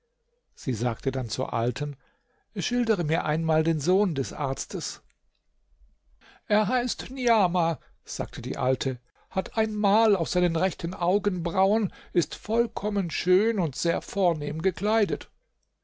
sie sagte dann zur alten schildere mir einmal den sohn des arztes er heißt niamah sagte die alte hat ein mal auf seinen rechten augenbrauen ist vollkommen schön und sehr vornehm gekleidet